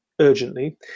urgently